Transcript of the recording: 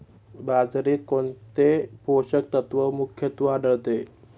बाजरीत कोणते पोषक तत्व मुख्यत्वे आढळते?